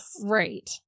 Right